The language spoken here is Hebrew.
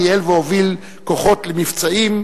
ניהל והוביל כוחות למבצעים,